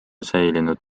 säilinud